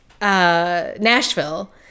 Nashville